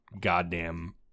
goddamn